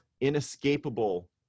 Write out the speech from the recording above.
Inescapable